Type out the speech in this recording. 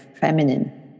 feminine